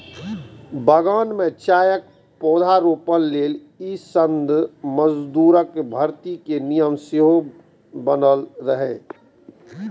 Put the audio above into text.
बगान मे चायक पौधारोपण लेल ई संघ मजदूरक भर्ती के नियम सेहो बनेने रहै